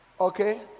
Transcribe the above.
Okay